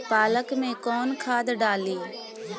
पालक में कौन खाद डाली?